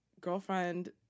girlfriend